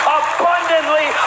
abundantly